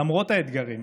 למרות האתגרים,